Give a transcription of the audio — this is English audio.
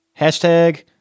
Hashtag